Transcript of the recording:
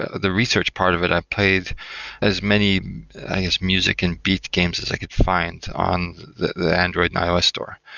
ah the research part of it i've played as many i guess music and beat games as i could find on the the android and ios store.